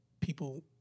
people